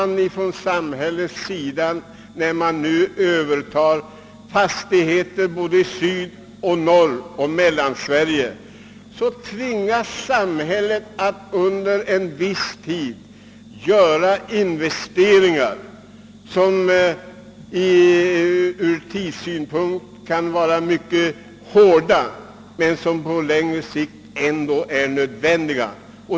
När samhället därför övertar fastigheter i södra, norra och mellersta Sverige, måste det under en viss tid göras investeringar som kan synas vara mycket hårda men som på längre sikt är nödvändiga.